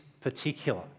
particular